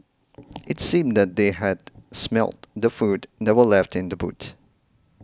it seemed that they had smelt the food that were left in the boot